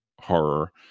horror